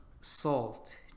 salt